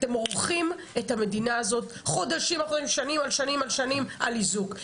אתם מורחים את המדינה הזאת חודשים על שנים על שנים על שנים על איזוק,